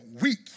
weak